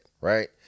right